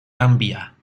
gambia